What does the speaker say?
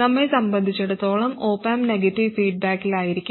നമ്മെ സംബന്ധിച്ചിടത്തോളം op amp negative ഫീഡ്ബാക്കിലായിരിക്കും